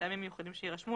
מטעמים מיוחדים שיירשמו,